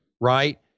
right